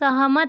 सहमत